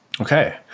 Okay